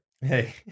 hey